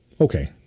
okay